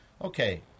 Okay